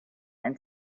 and